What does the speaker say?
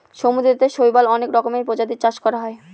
সমুদ্রতে শৈবালের অনেক রকমের প্রজাতির চাষ করা হয়